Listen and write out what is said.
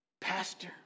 pastor